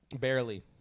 Barely